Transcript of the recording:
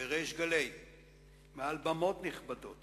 בריש גלי מעל במות נכבדות